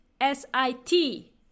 S-I-T